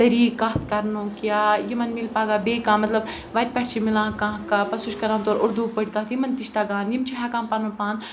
طریٖق کَتھ کَرنُک یا یِمَن مِلہِ پَگاہ بیٚیہِ کانٛہہ مطلب وَتہِ پٮ۪ٹھ چھِ مِلان کانٛہہ کانٛہہ پَتہٕ سُہ چھِ کَران تورٕ اُردوٗ پٲٹھۍ کَتھ یِمَن تہِ چھِ تگان یِم چھِ ہٮ۪کان پَنُن پان